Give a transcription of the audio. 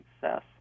success